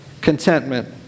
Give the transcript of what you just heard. Contentment